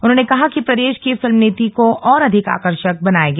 उन्होंने कहा कि प्रदेश की फिल्म नीति को और अधिक आकर्षक बनाया गया